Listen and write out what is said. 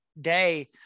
day